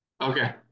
Okay